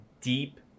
deep